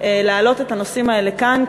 להעלות את הנושאים האלה כאן,